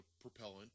propellant